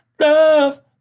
love